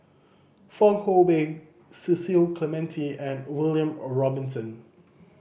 Fong Hoe Beng Cecil Clementi and William Robinson